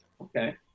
okay